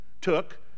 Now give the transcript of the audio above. took